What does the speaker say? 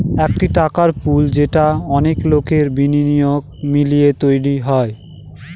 একটি টাকার পুল যেটা অনেক লোকের বিনিয়োগ মিলিয়ে তৈরী হয়